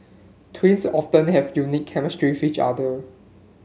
twins often have unique chemistry each other